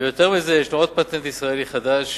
יותר מזה, יש לנו עוד פטנט ישראלי חדש